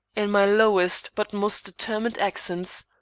in my lowest but most determined accents.